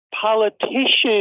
Politicians